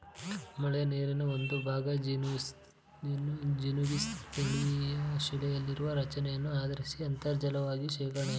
ಮಳೆನೀರಿನ ಒಂದುಭಾಗ ಜಿನುಗಿ ಸ್ಥಳೀಯಶಿಲೆಗಳಲ್ಲಿರುವ ರಚನೆಯನ್ನು ಆಧರಿಸಿ ಅಂತರ್ಜಲವಾಗಿ ಶೇಖರಣೆಯಾಗ್ತದೆ